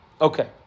Okay